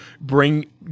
bring